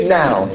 now